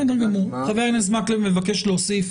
חבר הכנסת מקלב מבקש להוסיף